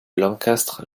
lancastre